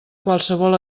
qualsevol